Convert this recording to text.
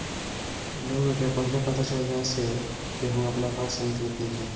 लोग के पहिले पता चल जाए से केहू अपना घर से निकलत नइखे